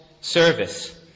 service